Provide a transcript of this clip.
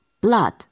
Blood